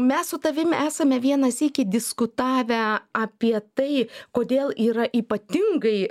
mes su tavim esame vieną sykį diskutavę apie tai kodėl yra ypatingai